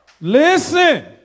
Listen